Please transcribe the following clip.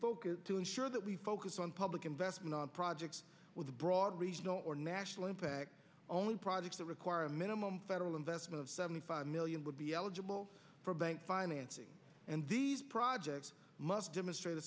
focus to ensure that we focus on public investment projects with a broad regional or national impact only projects that require a minimum federal investment of seventy five million would be eligible for bank financing and these projects must demonstrate a